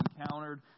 encountered